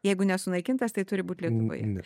jeigu nesunaikintas tai turi būt lietuvoje